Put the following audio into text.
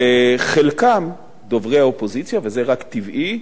וחלקם, דוברי האופוזיציה וזה רק טבעי,